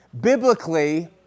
Biblically